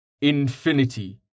infinity